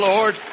Lord